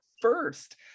first